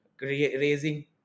raising